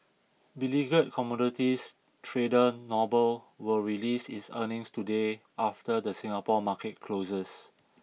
beleaguered commodities trader Noble will release its earnings today after the Singapore market closes